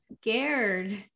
scared